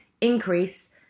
increase